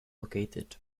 located